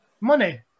money